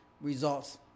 results